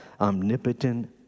omnipotent